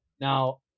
Now